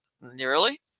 nearly